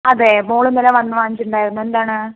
അതെ മോള് ഇന്നലെ വന്നു വാങ്ങിച്ചിട്ടുണ്ടായിരുന്നു എന്താണ്